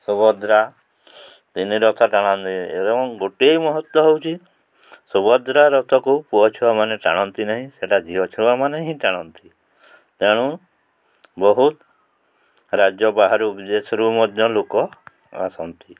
ସୁଭଦ୍ରା ତିନି ରଥ ଟାଣନ୍ତି ଏବଂ ଗୋଟେ ମହତ୍ତ୍ଵ ହେଉଛି ସୁଭଦ୍ରା ରଥକୁ ପୁଅ ଛୁଆମାନେ ଟାଣନ୍ତି ନାହିଁ ସେଇଟା ଝିଅ ଛୁଆମାନେ ହିଁ ଟାଣନ୍ତି ତେଣୁ ବହୁତ ରାଜ୍ୟ ବାହାରୁ ବିଦେଶରୁ ମଧ୍ୟ ଲୋକ ଆସନ୍ତି